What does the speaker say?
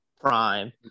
prime